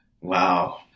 Wow